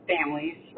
Families